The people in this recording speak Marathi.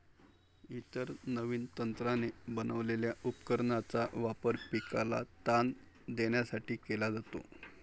इतर नवीन तंत्राने बनवलेल्या उपकरणांचा वापर पिकाला ताण देण्यासाठी केला जातो